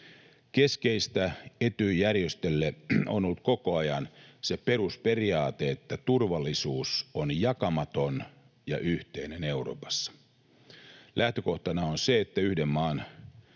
Keskeistä Etyj-järjestölle on ollut koko ajan se perusperiaate, että turvallisuus on jakamaton ja yhteinen Euroopassa. Lähtökohtana on se, että yhden maan